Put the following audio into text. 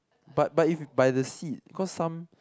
but but if by the seed because some